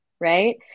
right